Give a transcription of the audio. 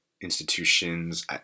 institutions